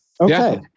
Okay